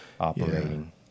operating